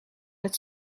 het